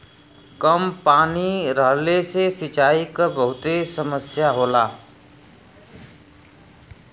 कम पानी रहले से सिंचाई क बहुते समस्या होला